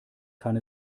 kann